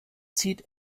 zieht